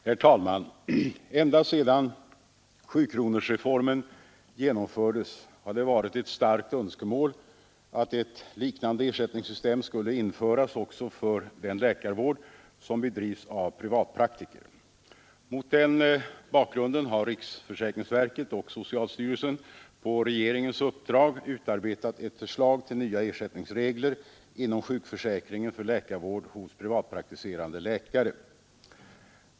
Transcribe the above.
Herr talman! Ända sedan sjukronorsreformen genomfördes har det varit ett starkt önskemål att ett liknande ersättningssystem skulle införas också för den läkarvård som bedrivs av privatpraktiker. Mot den bakgrunden har riksförsäkringsverket och socialstyrelsen på regeringens uppdrag utarbetat ett förslag till nya ersättningsregler inom sjukförsäkringen för läkarvård hos privatpraktiserande läkare.